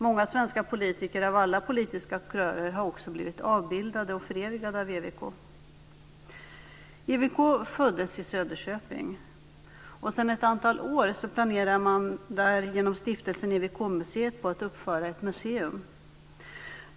Många svenska politiker av alla politiska kulörer har också blivit avbildade och förevigade av EWK. EWK föddes i Söderköping. Sedan ett antal år tillbaka planerar Stiftelsen EWK-museet där att uppföra ett museum.